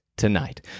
tonight